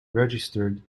registered